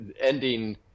ending